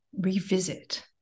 revisit